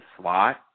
slot